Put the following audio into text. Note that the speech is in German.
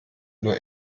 nur